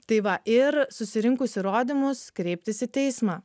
tai va ir susirinkus įrodymus kreiptis į teismą